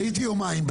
הייתי יומיים.